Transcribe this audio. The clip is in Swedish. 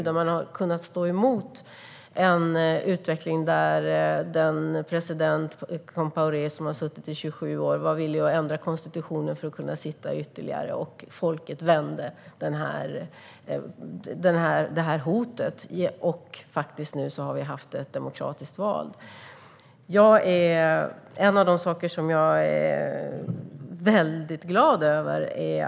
Där har man kunnat stå emot en utveckling där presidenten Compaoré, som suttit i 27 år vid makten, var villig att ändra konstitutionen för att kunna sitta vid makten ytterligare tid. Folket vände det hotet, och nu har man faktiskt haft ett demokratiskt val. Jag kan berätta om en av de saker som jag är väldigt glad över.